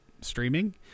streaming